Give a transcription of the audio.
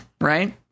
right